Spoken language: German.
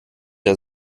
der